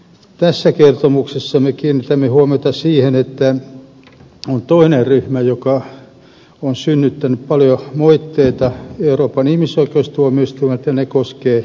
tässä kertomuksessa me kiinnitämme huomiota siihen että on toinen ryhmä joka on synnyttänyt paljon moitteita euroopan ihmisoikeustuomioistuimelta ja ne koskevat sananvapautta